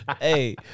Hey